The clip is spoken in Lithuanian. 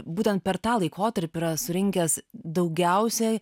būtent per tą laikotarpį yra surinkęs daugiausiai